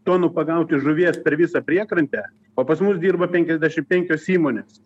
tonų pagauti žuvies per visą priekrantę o pas mus dirba penkiasdešim penkios įmonės